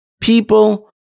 people